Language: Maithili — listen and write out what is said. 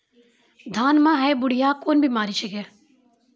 धान म है बुढ़िया कोन बिमारी छेकै?